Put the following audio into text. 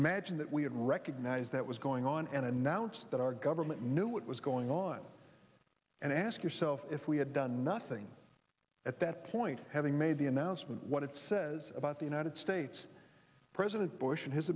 imagine that we had recognized that was going on and announced that our government knew it was going on and ask yourself if we had done nothing at that point having made the announcement what it says about the united states president bush and his